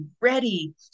ready